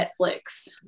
Netflix